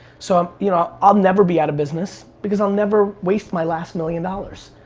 so i'm, you know, i'll never be out of business, because i'll never waste my last million dollars.